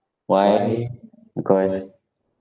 why because